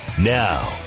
Now